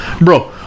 Bro